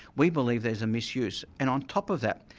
we believe there's a misuse and on top of that,